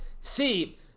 see